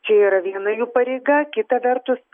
čia yra viena jų pareiga kita vertus